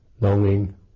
longing